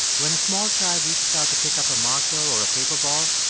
when a small child reaches out to pick up a marker or a paper ball,